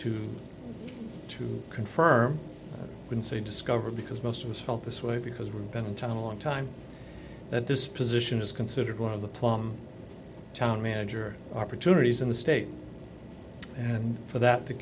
to to confirm when say discover because most of us felt this way because we've been in town a long time that this position is considered one of the plum town manager opportunities in the state and for that the